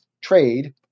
trade